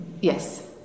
Yes